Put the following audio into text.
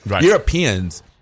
Europeans